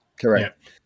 Correct